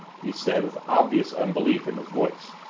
he said with obvious unbelief in his voice.